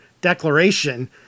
declaration